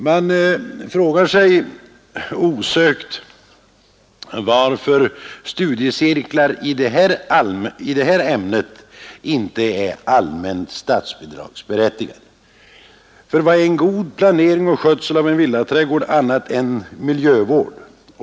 Man frågar sig osökt varför studiecirklar i detta ämne inte är allmänt statsbidragsberättigade. Vad är en god planering och skötsel av en villaträdgård annat än miljövård?